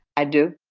i do